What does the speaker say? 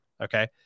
okay